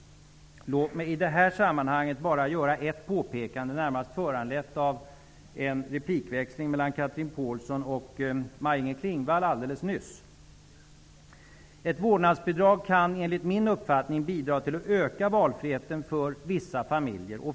Låt mig i detta sammanhang bara göra ett påpekande, närmast föranlett av en replikväxling mellan Chatrine Pålsson och Maj Inger Klingvall alldeles nyss. Ett vårdnadsbidrag kan enligt min uppfattning bidra till att öka valfriheten för vissa familjer.